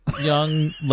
young